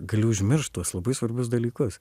gali užmiršt tuos labai svarbius dalykus